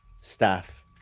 staff